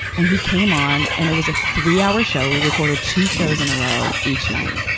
and he came on, and it was a three-hour show. we recorded two shows in a row each night.